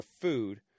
food